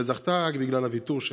וזכתה רק בגלל הוויתור שלה.